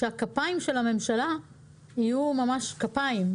שהכפיים של הממשלה יהיו ממש כפיים,